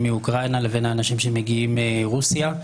מאוקראינה לבין האנשים שמגיעים מרוסיה.